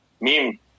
mim